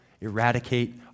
eradicate